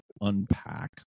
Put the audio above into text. unpack